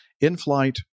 in-flight